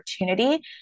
opportunity